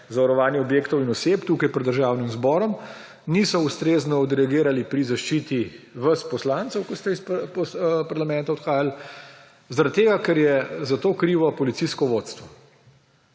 za varovanje objektov in oseb tukaj pred Državnim zborom niso ustrezno odreagirali pri zaščiti vas, poslancev, ko ste odhajali iz parlamenta, ker je za to krivo policijsko vodstvo.